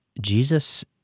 Jesus